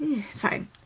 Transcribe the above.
Fine